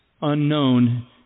unknown